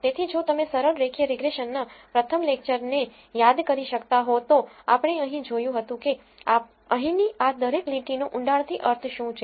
તેથી જો તમે સરળ રેખીય રીગ્રેસનના પ્રથમ લેકચરને યાદ કરી શકતા હો તો આપણે અહીં જોયું હતું કે અહીંની આ દરેક લીટીનો ઉંડાણથી અર્થ શું છે